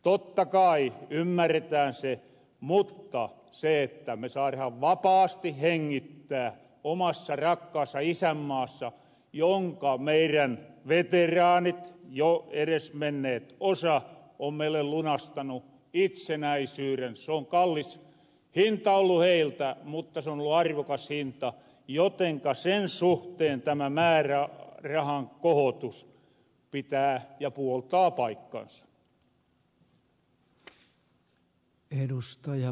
totta kai ymmärretään se mutta se että me saarahan vapaasti hengittää omassa rakkaassa isänmaassa jonka meirän veteraanit jo eresmenneitä osa on meille lunastanu itsenäisyyden on kallis hinta ollu heiltä mutta se on ollut arvokas hinta jotenka sen suhteen tämä määrärahan kohotus pitää ja puoltaa paikkaansa